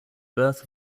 birth